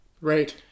Right